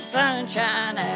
sunshine